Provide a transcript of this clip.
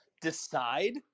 Decide